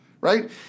Right